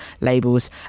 labels